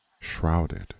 shrouded